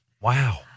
Wow